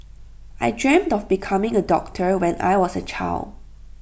I dreamt of becoming A doctor when I was A child